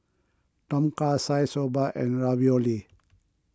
Tom Kha Gai Soba and Ravioli